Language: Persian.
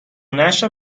نشر